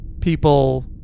people